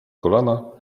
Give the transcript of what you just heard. kolana